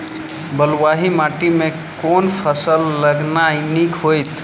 बलुआही माटि मे केँ फसल लगेनाइ नीक होइत?